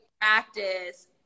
practice